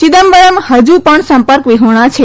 ચિદમ્બરમ હજુ પણ સંપર્ક વિહોણા છે